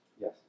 Yes